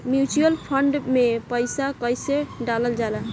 Mutual fund मे पईसा कइसे डालल जाला?